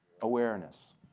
awareness